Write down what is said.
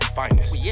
finest